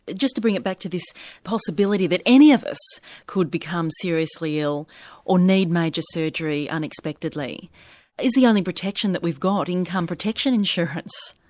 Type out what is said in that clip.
just to bring it back to this possibility that any of us could become seriously ill or need major surgery unexpectedly is the only protection that we've got income protection insurance?